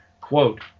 quote